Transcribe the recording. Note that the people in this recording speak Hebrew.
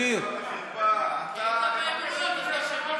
היית באמירויות, אז לא שמעת אותו.